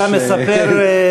אתה מספר לי?